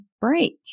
break